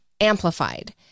amplified